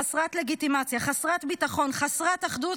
חסרת לגיטימציה, חסרת ביטחון, חסרת אחדות,